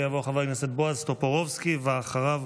יעלה ויבוא חבר הכנסת בועז טופורובסקי, ואחריו,